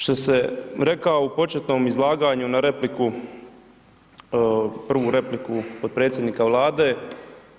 Što sam rekao u početnom izlaganju na repliku, prvu repliku potpredsjednika Vlade,